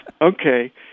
okay